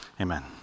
Amen